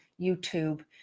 YouTube